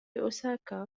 أوساكا